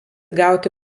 gauti